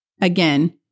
again